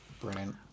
Brilliant